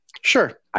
Sure